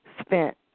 Spent